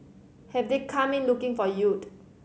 have they come in looking for yield